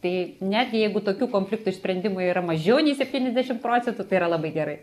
tai netgi jeigu tokių konfliktų išsprendimų yra mažiau nei septyniasdešim procentų tai yra labai gerai